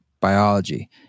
biology